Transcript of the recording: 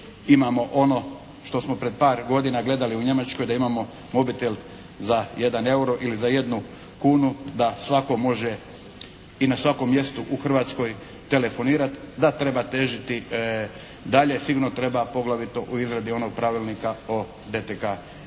imamo ono što smo pred par godina gledali u Njemačkoj da imamo mobitel za 1 euro ili za 1 kunu, da svako može i na svakom mjestu u Hrvatskoj telefonirati, da treba težiti dalje. Sigurno treba poglavito u izradi onog Pravilnika o DTK